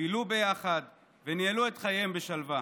בילו ביחד וניהלו את חייהם בשלווה.